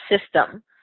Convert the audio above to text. system